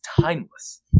timeless